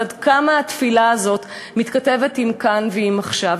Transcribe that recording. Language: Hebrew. אבל עד כמה התפילה הזאת מתכתבת עם כאן ועם עכשיו.